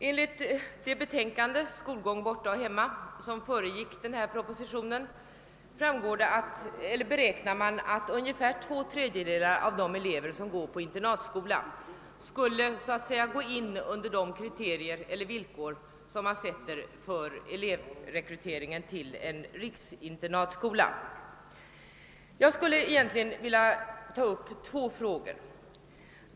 Enligt det betänkande, Skolgång borta och hemma, som föregick propositionen beräknar man att ungefär två tredjedelar av de elever som går i internatskola skulle så att säga falla under de kriterier eller villkor som man ställer upp för elevrekryteringen vid en riksinternatskola. Jag skulle egentligen vilja ta upp två frågor.